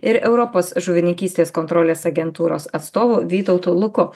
ir europos žuvininkystės kontrolės agentūros atstovu vytautu luku